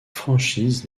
franchise